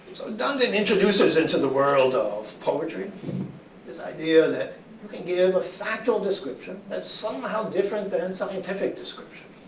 dandin introduces into the world of poetry this idea that you can give a factual description that's somehow different than scientific description.